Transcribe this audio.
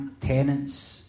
tenants